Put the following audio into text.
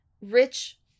Rich